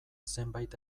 zenbait